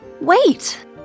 Wait